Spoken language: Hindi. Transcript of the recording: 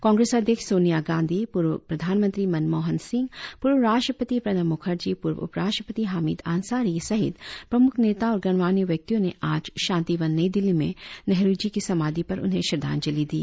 कांग्रेस अध्यक्ष सोनिया गांधी पूर्व प्रधानमंत्री मनमोहन सिंह पूर्व राष्ट्रपति प्रणब मुखर्जी पूर्व उपराष्ट्रपति हामिद अंसारी सहित प्रमुख नेता और गणमान्य व्यक्तियों ने आज शांतिवन नई दिल्ली में नेहरु जी की समाधि पर उन्हें श्रद्धांजलि दी